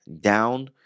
down